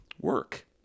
work